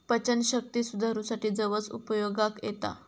पचनशक्ती सुधारूसाठी जवस उपयोगाक येता